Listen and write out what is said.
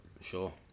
sure